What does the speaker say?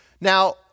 Now